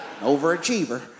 Overachiever